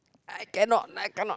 I cannot I cannot